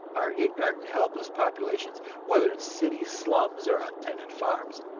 our ignorant and helpless populations, whether in city slums or on tenant farms,